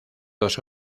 dos